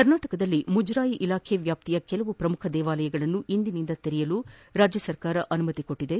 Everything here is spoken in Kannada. ಕರ್ನಾಟಕದಲ್ಲಿ ಮುಜರಾಯಿ ಇಲಾಖೆ ವ್ಯಾಪ್ತಿಯ ಕೆಲವು ಪ್ರಮುಖ ದೇವಾಲಯಗಳನ್ನು ಇಂದಿನಿಂದ ತೆರೆಯಲು ಅನುಮತಿ ನೀಡಲಾಗಿದೆ